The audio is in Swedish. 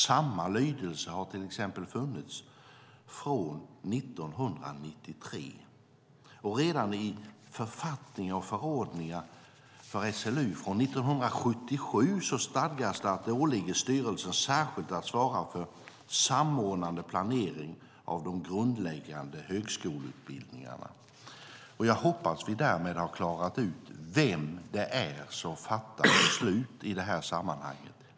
Samma lydelse har till exempel funnits från 1993. Redan i författningar och förordningar för SLU från 1977 stadgas att det åligger styrelsen särskilt att svara för samordnande planering av de grundläggande högskoleutbildningarna. Jag hoppas att vi därmed har klarat ut vem det är som fattar beslut i detta sammanhang.